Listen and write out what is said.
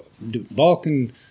Balkan